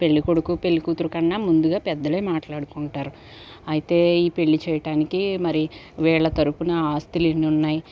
పెళ్ళికొడుకు పెళ్ళికూతురుకన్నా ముందుగా పెద్దలే మాట్లాడుకుంటారు అయితే ఈ పెళ్లి చేయటానికి మరి వీళ్ల తరపున ఆస్తులెన్నున్నాయి